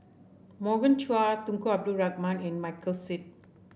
Morgan Chua Tunku Abdul Rahman and Michael Seet